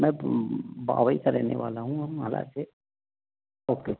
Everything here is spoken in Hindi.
मैं बाबई का रहने वाला हूँ माला से ओके